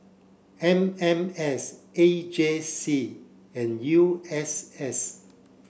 M M S A J C and U S S